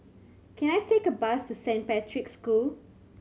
can I take a bus to Saint Patrick's School